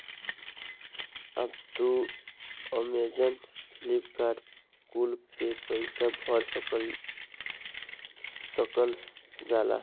अब तू Amazon, Flipkart कुल पे पईसा भर सकल जाला